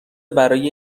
برای